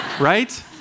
right